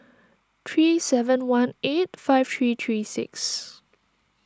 three seven one eight five three three six